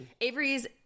Avery's